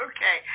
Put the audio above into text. Okay